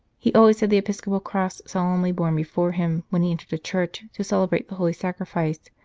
he always had the episcopal cross solemnly borne before him when he entered a church to celebrate the holy sacrifice,